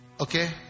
Okay